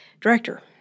Director